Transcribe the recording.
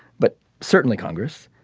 but certainly congress